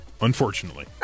Unfortunately